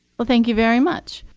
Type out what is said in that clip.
well, thank you very much.